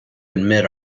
admit